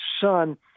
son